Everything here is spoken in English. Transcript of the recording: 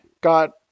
Got